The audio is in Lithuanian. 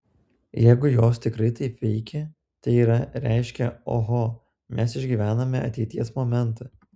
jeigu jos tikrai taip veikia tai yra reiškia oho mes išgyvename ateities momentą